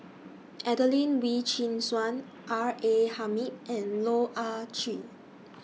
Adelene Wee Chin Suan R A Hamid and Loh Ah Chee